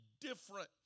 different